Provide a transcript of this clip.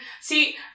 See